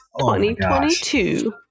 2022